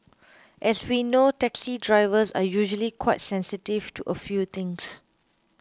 as we know taxi drivers are usually quite sensitive to a few things